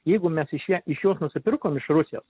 jeigu mes iš iš jos nusipirkom iš rusijos